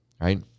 right